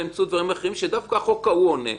אלא ימצאו דברים אחרים שדווקא החוק ההוא עונה עליהם.